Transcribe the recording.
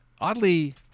Oddly